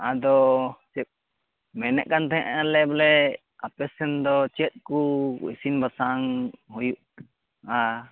ᱟᱫᱚ ᱪᱮᱫ ᱢᱮᱱᱮᱫᱠᱟᱱ ᱛᱮᱦᱮᱸ ᱟᱞᱮ ᱵᱚᱞᱮ ᱟᱯᱮᱥᱮᱱᱫᱚ ᱪᱮᱫᱠᱚ ᱤᱥᱤᱱᱼᱵᱟᱥᱟᱝ ᱦᱩᱭᱩᱜᱼᱟ